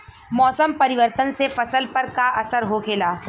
मौसम परिवर्तन से फसल पर का असर होखेला?